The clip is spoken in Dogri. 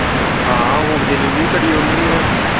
हां होम डलीवरी बी करी ओड़ने होन्ने आं